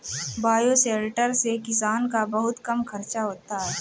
bioshelter से किसान का बहुत कम खर्चा होता है